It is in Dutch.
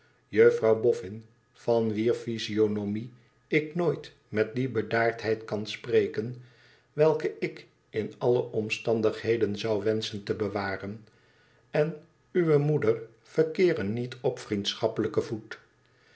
juffrouw boffin vao wier physionomie ik nooit met die bedaardheid kan spreken welke ik in alle omstandigheden zou wenschen te bewaren en uwe moeder verkeeren niet op vriendschappelijken voet